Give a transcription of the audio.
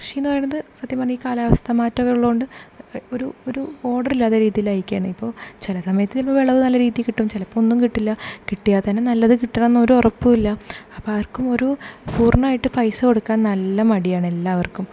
കൃഷി എന്ന് പറയണത് സത്യം പറഞ്ഞാൽ ഈ കാലാവസ്ഥ മാറ്റൊ ഉള്ളത് കൊണ്ട് ഒരു ഒരു ഓർഡർ ഇല്ലാത്ത രീതിയിലായിരിക്കുകയാണ് ഇപ്പോൾ ചില സമയത്ത് ചിലപ്പോൾ വിളവ് നല്ല രീതിയിൽ കിട്ടും ചിലപ്പോൾ ഒന്നും കിട്ടില്ല കിട്ടിയാൽ തന്നെ നല്ലത് കിട്ടണമെന്ന് ഒരു ഉറപ്പുമില്ല അപ്പം ആർക്കും ഓരു പൂർണ്ണമായിട്ട് പൈസ കൊടുക്കാൻ നല്ല മടിയാണ് എല്ലാവർക്കും